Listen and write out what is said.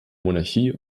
monarchie